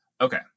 Okay